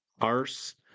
arse